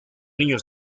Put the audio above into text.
niño